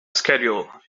schedule